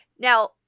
Now